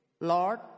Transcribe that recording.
Lord